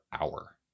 hour